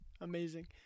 Amazing